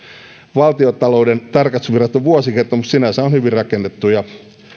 valtiontalouden tarkastusviraston vuosikertomus sinänsä on hyvin rakennettu ja